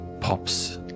pops